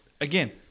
Again